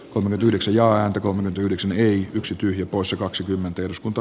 kohonnut yhdeksi ja antakoon nyt yhdeksän yksi tyhjä poissa kaksikymmentä eduskunta